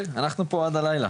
אנחנו פה עד הלילה,